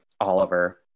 Oliver